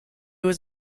was